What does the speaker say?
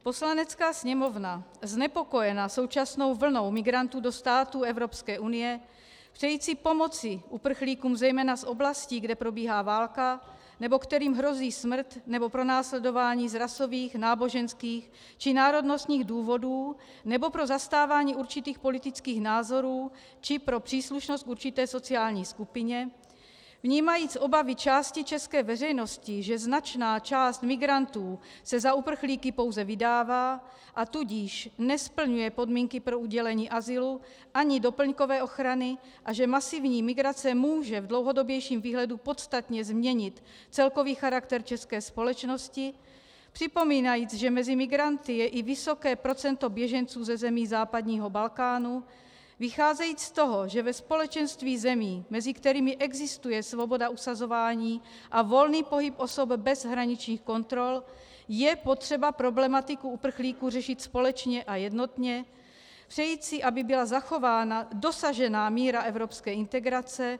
Poslanecká sněmovna, znepokojena současnou vlnou migrantů do států Evropské unie, přejíc si pomoci uprchlíkům zejména z oblastí, kde probíhá válka, nebo kterým hrozí smrt nebo pronásledování z rasových, náboženských či národnostních důvodů nebo pro zastávání určitých politických názorů či pro příslušnost k určité sociální skupině, vnímajíc obavy části české veřejnosti, že značná část migrantů se za uprchlíky pouze vydává, a tudíž nesplňuje podmínky pro udělení azylu ani doplňkové ochrany, a že masivní migrace může v dlouhodobějším výhledu podstatně změnit celkový charakter české společnosti, připomínajíc, že mezi migranty je i vysoké procento běženců ze zemí západního Balkánu, vycházejíc z toho, že ve společenství zemí, mezi kterými existuje svoboda usazování a volný pohyb osob bez hraničních kontrol, je potřeba problematiku uprchlíků řešit společně a jednotně, přejíc si, aby byla zachována dosažená míra evropské integrace